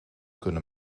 kunnen